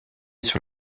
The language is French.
sur